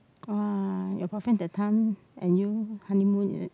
!wah! your boyfriend that time and you honeymoon is it